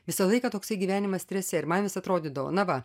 visą laiką toksai gyvenimas strese ir man vis atrodydavo na va